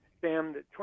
Sam